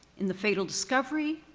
in the fatal discovery,